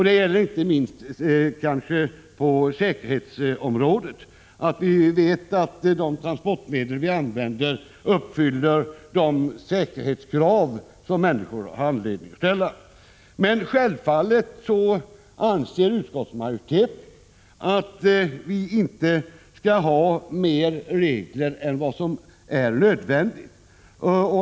Det gäller inte minst på säkerhetsområdet, så att vi vet att de transportmedel vi använder uppfyller de säkerhetskrav som människor har anledning att ställa. Självfallet anser utskottsmajoriteten att vi inte skall ha mer regler än vad som är nödvändigt.